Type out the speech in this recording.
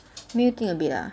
make you think a bit ah